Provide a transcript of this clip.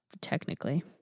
technically